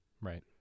right